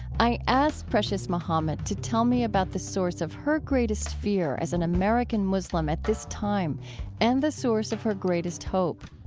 i asked precious muhammad to tell me about the source of her greatest fear as an american muslim at this time and the source of her greatest hope